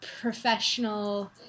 professional